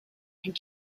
and